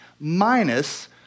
minus